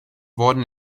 wurden